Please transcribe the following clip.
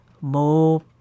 more